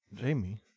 Jamie